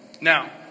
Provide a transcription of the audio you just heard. Now